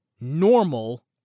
normal